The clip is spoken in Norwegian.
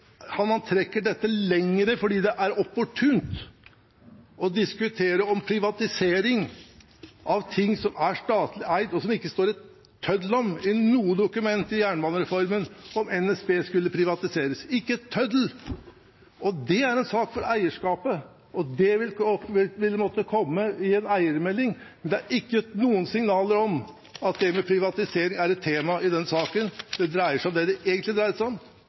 man trekker dette lenger fordi det er opportunt å diskutere privatisering av ting som er statlig eid. Det står ikke en tøddel i noe dokument i forbindelse med jernbanereformen om at NSB skal privatiseres – ikke en tøddel. Det er en sak for eierskapet, og det vil måtte komme i en eiermelding. Men det er ikke noen signaler om at det med privatisering er et tema i denne saken. Den dreier seg om det den egentlig dreier seg om: